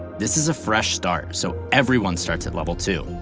this is a fresh start so everyone starts and level two.